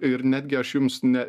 ir netgi aš jums ne